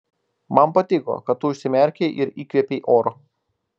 man patiko kad tu užsimerkei ir įkvėpei oro